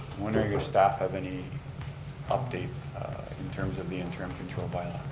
wondering your staff have any update in terms of the interim control bylaw.